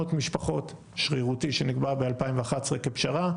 ו-400 משפחות שרירותי שנקבע ב-2011 כפשרה,